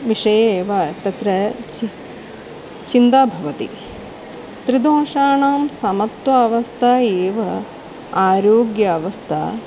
विषये एव तत्र चि चिन्ता भवति त्रिदोषाणां समत्वावस्था एव आरोग्यावस्था